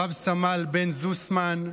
רב-סמל בן זוסמן,